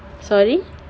sorry